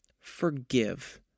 forgive